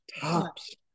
tops